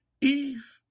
Eve